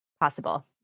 possible